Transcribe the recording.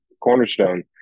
cornerstone